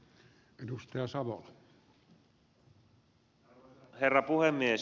arvoisa herra puhemies